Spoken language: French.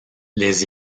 les